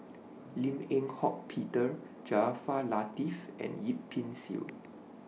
Lim Eng Hock Peter Jaafar Latiff and Yip Pin Xiu